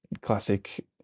classic